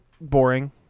boring